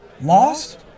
Lost